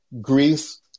Greece